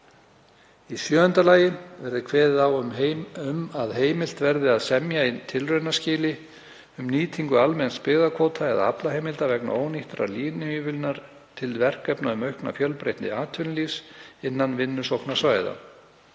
Í sjöunda lagi verði kveðið á um að heimilt verði að semja í tilraunaskyni um nýtingu almenns byggðakvóta eða aflaheimilda vegna ónýttrar línuívilnunar til verkefna um aukna fjölbreytni atvinnulífs innan vinnusóknarsvæða.